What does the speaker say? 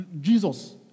Jesus